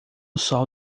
sol